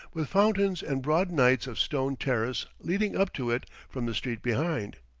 with fountains and broad nights of stone terrace leading up to it from the street behind.